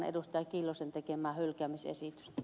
anneli kiljusen tekemää hylkäämisesitystä